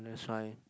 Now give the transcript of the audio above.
that's why